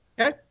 Okay